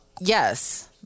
yes